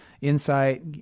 insight